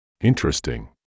Interesting